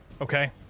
Okay